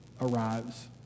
arrives